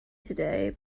today